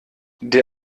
der